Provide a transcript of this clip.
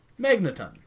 Magneton